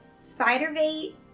Spider-Bait